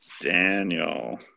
Daniel